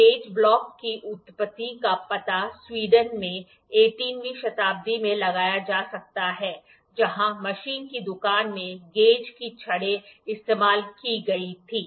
gauge block की उत्पत्ति का पता स्वीडन में 18 वीं शताब्दी में लगाया जा सकता है जहां मशीन की दुकान में गेज की छड़ें इस्तेमाल की गई थीं